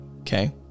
Okay